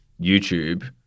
YouTube